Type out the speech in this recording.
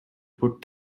put